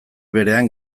berean